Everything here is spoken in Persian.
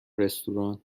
رستوران